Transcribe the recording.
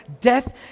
death